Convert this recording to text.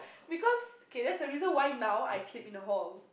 because kay that's the reason why now I sleep in the hall